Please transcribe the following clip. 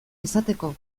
izateko